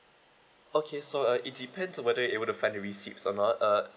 okay so uh it depends on whether you want to find the receipt or not uh